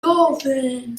dolphin